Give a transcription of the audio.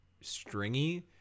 stringy